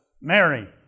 Mary